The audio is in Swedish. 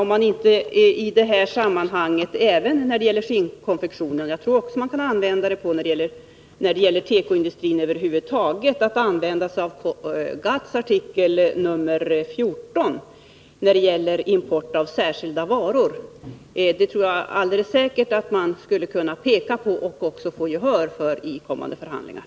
Jag undrar, fru talman, om man inte i fråga om skinnkonfektionen — jag tror att det är möjligt när det gäller tekoindustrin över huvud taget — kunde tillämpa GATT:s artikel nr 14 om import av särskilda varor. Helt säkert skulle man få gehör för sina synpunkter i kommande förhandlingar.